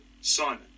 Simon